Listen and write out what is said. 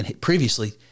previously